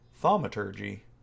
Thaumaturgy